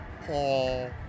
Paul